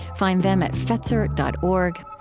find them at fetzer dot org.